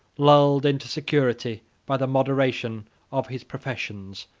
lulled into security by the moderation of his professions,